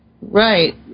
Right